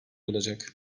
olacak